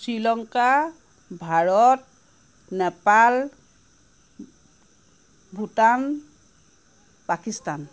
Sri Lanka Bharat Nepal Bhutan Pakistan